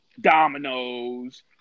dominoes